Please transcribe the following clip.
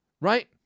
right